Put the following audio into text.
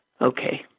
Okay